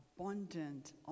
abundant